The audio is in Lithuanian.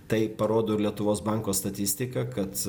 tai parodo ir lietuvos banko statistika kad